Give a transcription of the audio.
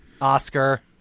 Oscar